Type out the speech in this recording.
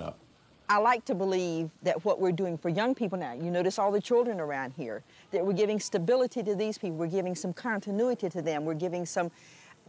up i like to believe that what we're doing for young people that you notice all the children around here that we're giving stability to these people we're giving some continuity to them we're giving some